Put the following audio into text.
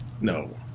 No